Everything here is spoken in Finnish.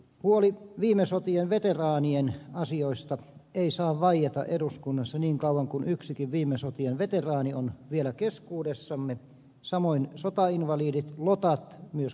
huoli viime sotien veteraanien asioista ei saa vaieta eduskunnassa niin kauan kuin yksikin viime sotien veteraani on vielä keskuudessamme samoin sotainvalidit lotat myös kotirintamalotat